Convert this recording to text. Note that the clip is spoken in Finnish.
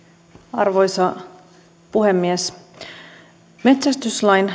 arvoisa puhemies metsästyslain